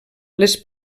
les